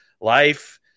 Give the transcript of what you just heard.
life